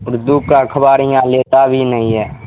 اردو کا اخبار یہاں لیتا بھی نہیں ہے